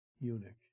eunuch